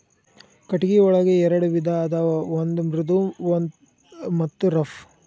ಕಟಗಿ ಒಂಗ ಎರೆಡ ವಿಧಾ ಅದಾವ ಒಂದ ಮೃದು ಮತ್ತ ರಫ್